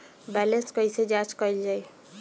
Balance कइसे जांच कइल जाइ?